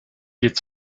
geht